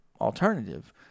alternative